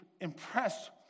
impressed